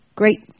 great